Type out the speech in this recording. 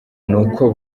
n’uko